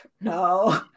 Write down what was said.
no